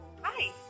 Hi